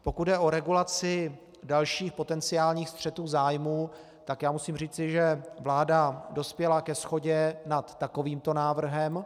Pokud jde o regulaci dalších potenciálních střetů zájmů, musím říci, že vláda dospěla ke shodě nad takovýmto návrhem.